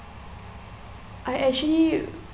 I actually